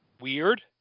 Weird